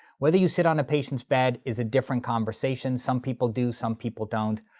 whether you sit on a patient's bed, is a different conversation. some people do, some people don't.